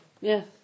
Yes